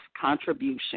contribution